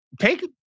take